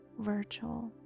virtual